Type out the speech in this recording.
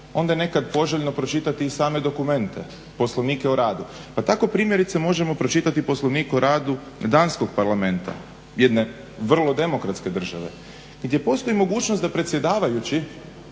onda je nekad poželjno pročitati i same dokumente, Poslovnike o radu. Pa tako primjerice možemo pročitati Poslovnik o radu danskog Parlamenta jedne vrlo demokratske države gdje postoji mogućnost da predsjedavajući